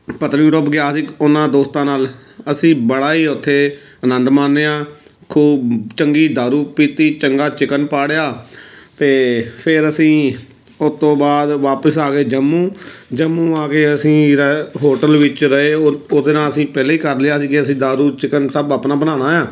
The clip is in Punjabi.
ਪਤਲੀ ਡੁੱਬ ਗਿਆ ਸੀ ਉਹਨਾਂ ਦੋਸਤਾਂ ਨਾਲ ਅਸੀਂ ਬੜਾ ਹੀ ਉੱਥੇ ਆਨੰਦ ਮਾਣਿਆ ਖੂਬ ਚੰਗੀ ਦਾਰੂ ਪੀਤੀ ਚੰਗਾ ਚਿਕਨ ਪਾੜਿਆ ਅਤੇ ਫਿਰ ਅਸੀਂ ਉਸ ਤੋਂ ਬਾਅਦ ਵਾਪਸ ਆ ਗਏ ਜੰਮੂ ਜੰਮੂ ਆ ਗਏ ਅਸੀਂ ਰ ਹੋਟਲ ਵਿੱਚ ਰਹੇ ਉਦ ਉਹਦੇ ਨਾਲ ਅਸੀਂ ਪਹਿਲਾਂ ਹੀ ਕਰ ਲਿਆ ਸੀ ਕਿ ਅਸੀਂ ਦਾਰੂ ਚਿਕਨ ਸਭ ਆਪਣਾ ਬਣਾਉਣਾ ਆ